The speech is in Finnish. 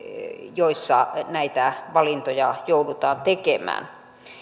joissa näitä valintoja joudutaan tekemään